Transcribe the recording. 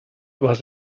was